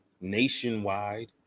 nationwide